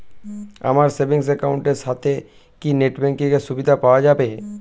আমার savings account এর সাথে কি নেটব্যাঙ্কিং এর সুবিধা পাওয়া যাবে?